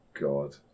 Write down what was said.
God